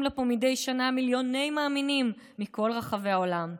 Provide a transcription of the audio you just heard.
לפה מדי שנה מיליוני מאמינים מכל רחבי העולם.